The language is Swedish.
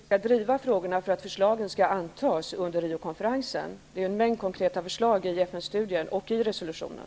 Fru talman! Vad jag undrade var hur vi skall driva frågorna för att förslagen skall antas under Riokonferensen. Det finns ju en mängd konkreta förslag i FN-studien och i resolutionen.